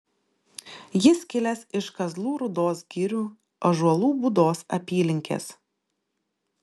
jis kilęs iš kazlų rūdos girių ąžuolų būdos apylinkės